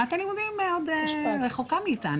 שנת הלימודים עוד רחוקה מאיתנו.